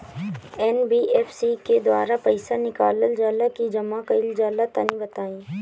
NBFC के द्वारा पईसा निकालल जला की जमा कइल जला तनि बताई?